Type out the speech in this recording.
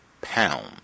pound